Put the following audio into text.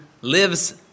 lives